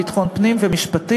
ביטחון פנים ומשפטים.